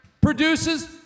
produces